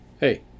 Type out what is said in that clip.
Hey